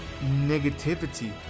negativity